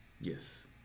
Yes